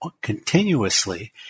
continuously